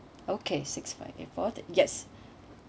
okay six five eight four yes